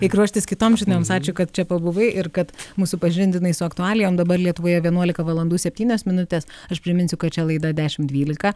eik ruoštis kitoms žinioms ačiū kad čia pabuvai ir kad mus supažindinai su aktualijom dabar lietuvoje vienuolika valandų septynios minutės aš priminsiu kad šią laidą dešimt dvylika